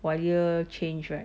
wire change right